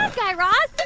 um guy raz.